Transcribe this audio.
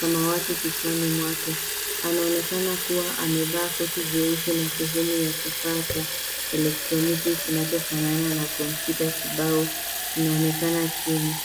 samawati kichwani mwake. Anaonekana kuwa amevaa koti jeusi na sehemu ya kifaa cha electroniki kinachofanana na kompyuta. Kibao kinaonekana chini.